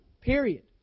Period